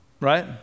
right